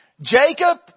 Jacob